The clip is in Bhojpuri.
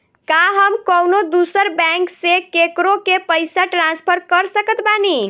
का हम कउनों दूसर बैंक से केकरों के पइसा ट्रांसफर कर सकत बानी?